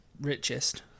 richest